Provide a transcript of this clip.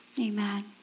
Amen